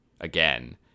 again